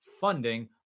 funding